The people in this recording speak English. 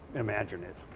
imagined it.